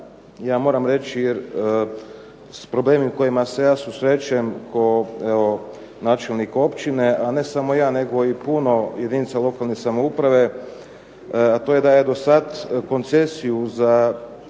Ja moram reći jer s problemima s kojima se ja susrećem kao načelnik općine, a ne samo ja nego i puno jedinica lokalne samouprave, to je da je dosad koncesiju za